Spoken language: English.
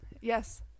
Yes